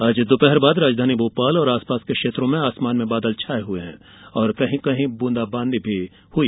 आज दोपहर बाद राजधानी भोपाल और आसपास के क्षेत्रों में आसमान में बादल छाये हुए हैं और कहीं कहीं बूंदाबांदी भी हुई